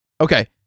Okay